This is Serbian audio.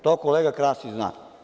To kolega Krasić zna.